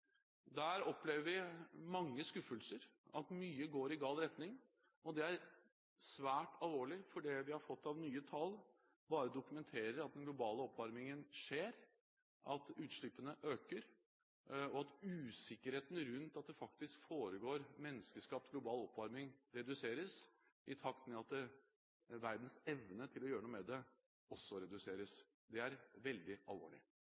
Der kan vi oppleve mange skuffelser – at mye går i gal retning, og det er svært alvorlig, for det vi har fått av nye tall, bare dokumenterer at den globale oppvarmingen skjer, at utslippene øker, og at usikkerheten rundt det at det faktisk foregår menneskeskapt global oppvarming reduseres i takt med at verdens evne til å gjøre noe med det også reduseres. Dette er veldig alvorlig.